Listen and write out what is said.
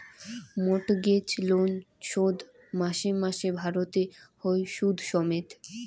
mortgage loan শোধ মাসে মাসে ভরতে হই শুধ সমেত